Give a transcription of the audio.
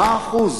מה האחוז?